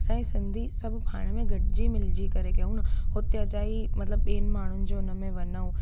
असांजी सिंधी सभु पाण में गॾिजी मिलिजी करे कयूं न हुते अजाई मतिलबु ॿियनि माण्हुनि जे हुन में वञूं